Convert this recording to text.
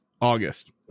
August